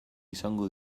izango